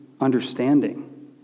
understanding